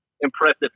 impressive